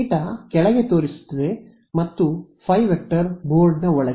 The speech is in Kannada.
θ ಕೆಳಕ್ಕೆ ತೋರಿಸುತ್ತಿದೆ ಮತ್ತು ϕˆ ಬೋರ್ಡ್ ಒಳಗೆ